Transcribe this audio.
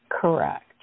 Correct